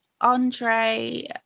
Andre